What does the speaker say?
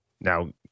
Now